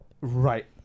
right